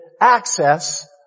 access